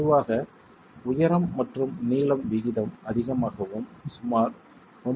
பொதுவாக உயரம் மற்றும் நீளம் விகிதம் அதிகமாகவும் சுமார் 1